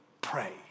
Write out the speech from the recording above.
Pray